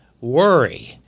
worry